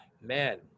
man